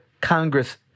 Congress